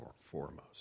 foremost